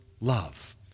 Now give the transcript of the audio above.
love